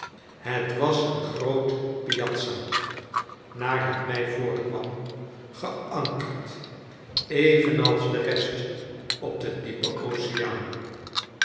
het was een groot piazza naar het mij voorkwam geankerd evenals de rest op den diepen oceaan